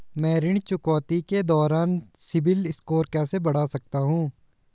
मैं ऋण चुकौती के दौरान सिबिल स्कोर कैसे बढ़ा सकता हूं?